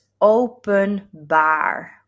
openbaar